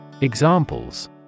Examples